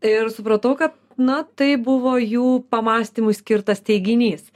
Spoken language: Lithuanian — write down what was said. ir supratau kad na tai buvo jų pamąstymui skirtas teiginys